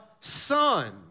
Son